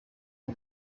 you